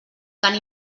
cant